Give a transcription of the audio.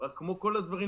רק שכמו כל הדברים,